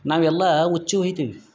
ನಾವೆಲ್ಲಾ ಉಚ್ಚೆ ಹೊಯ್ತೇವಿ